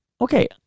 Okay